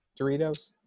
Doritos